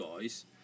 guys